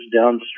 downstream